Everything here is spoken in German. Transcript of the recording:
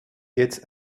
jetzt